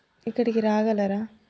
ఇక్కడికి రాగలరా